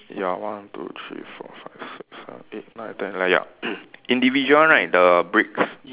ya one two three four five six seven eight nine ten yup individual one right the bricks